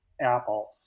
Apple